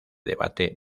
debate